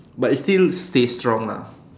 but I still stay strong lah